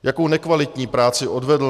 Jakou nekvalitní práci odvedl?